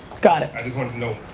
got it! i just want to know,